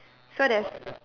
so there's